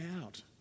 out